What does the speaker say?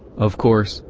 of course,